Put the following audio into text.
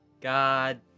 God